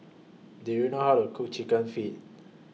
Do YOU know How to Cook Chicken Feet